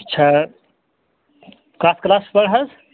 اَچھا کَتھ کٔلاسس پَرٕ حظ